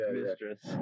mistress